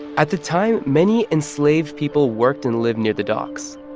at the time, many enslaved people worked and lived near the docks,